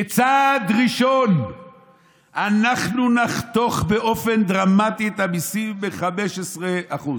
"כצעד ראשון אנחנו נחתוך באופן דרמטי את המיסים ב-15%".